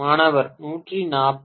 மாணவர் 140